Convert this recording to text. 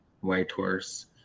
Whitehorse